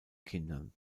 kindern